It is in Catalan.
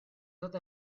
tot